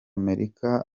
amerika